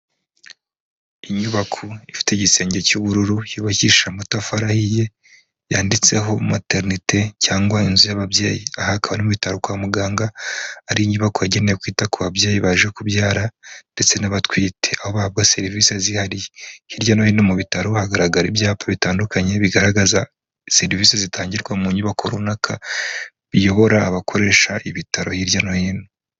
Inyubako ifite igisenge cy'ubururu, yubakishije amatafari ahiye yanditseho materinite cyangwa inzu y'ababyeyi, aha akaba mu bitaro kwa muganga ari inyubako yagenewe kwita ku babyeyi baje kubyara ndetse n'abatwite, aho ababwa serivisi zihariye, hirya no hino mu bitaro hagaragara ibyapa bitandukanye bigaragaza serivisi zitangirwa mu nyubako runaka, biyobora abakoresha ibitaro hirya no hino.